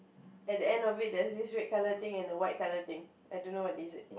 at the end of it there's this red colour thing and a white colour thing I don't know what is this